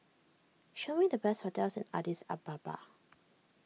show me the best hotels in Addis Ababa